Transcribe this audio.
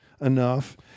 enough